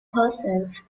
herself